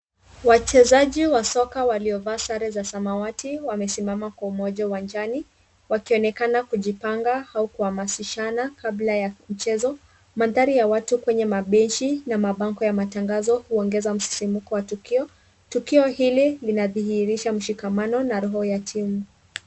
Wachezaji wa soka waliovaa sare za samawati wamesimama kwa umoja uwanjani, wakionekana kujipanga au kuhamasishana kabla ya mchezo. Mandhari ya watu kwenye mabenchi na mabango ya matangazo huongeza msimuko wa tukio. Tukio hili linadhihirisha mshikamano na roho ya timu.